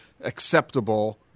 acceptable